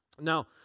Now